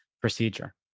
procedure